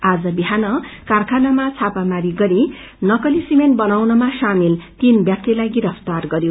आज बिहान कारखानामा छापामारी गरी नकली सिमेन्ट बनाउनमा सामेल तीन व्याक्तिहरूलाई गिरफ्तार ग यो